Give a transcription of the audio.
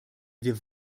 wir